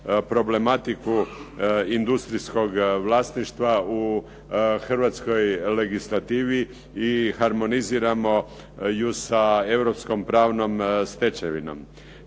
problematiku industrijskog vlasništva u hrvatskoj legislativi i harmoniziramo ju sa europskom pravnom stečevinom.